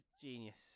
genius